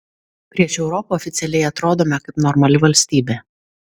prieš europą oficialiai atrodome kaip normali valstybė